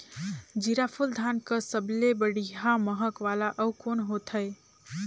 जीराफुल धान कस सबले बढ़िया महक वाला अउ कोन होथै?